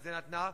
לזה נתנה,